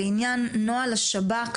לעניין נוהל השב"כ,